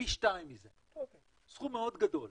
פי שניים מזה, סכום מאוד גדול.